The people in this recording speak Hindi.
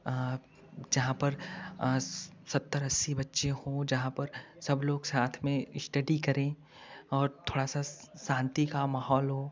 जहाँ पर सत्तर अस्सी बच्चे हो जहाँ पर सब लोग साथ में श्टडी करें और थोड़ा सा शांति का माहौल हो